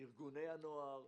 ארגוני הנוער,